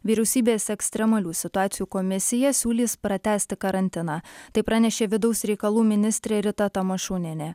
vyriausybės ekstremalių situacijų komisija siūlys pratęsti karantiną tai pranešė vidaus reikalų ministrė rita tamašūnienė